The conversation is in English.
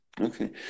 Okay